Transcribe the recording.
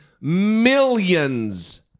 millions